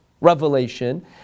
revelation